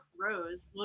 rose